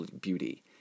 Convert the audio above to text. beauty